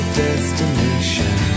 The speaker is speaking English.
destination